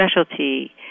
specialty